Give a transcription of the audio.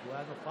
הוא היה נוכח?